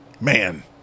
man